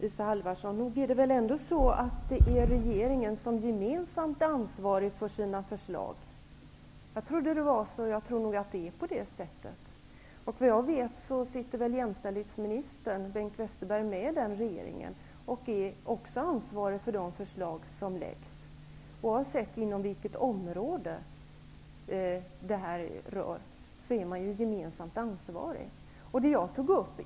Fru talman! Jag trodde att regeringen gemensamt var ansvarig för sina förslag, Isa Halvarsson. Vad jag vet sitter jämställdhetsminister Bengt Westerberg med i regeringen och är ansvarig för de förslag som läggs fram. Oavsett inom vilket område det rör, är man gemensamt ansvarig.